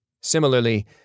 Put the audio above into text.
Similarly